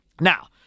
Now